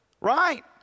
right